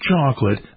chocolate